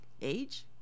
age